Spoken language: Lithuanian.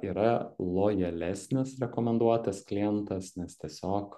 yra lojalesnis rekomenduotas klientas nes tiesiog